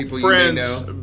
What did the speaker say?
friends